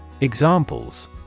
Examples